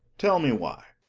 tell me why.